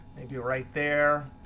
maybe right there.